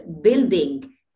building